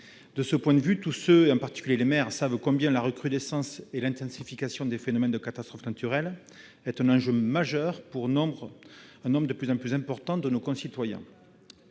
À cet égard, les maires, en particulier, savent combien la recrudescence et l'intensification des phénomènes de catastrophes naturelles est un enjeu majeur pour un nombre de plus en plus important de nos concitoyens.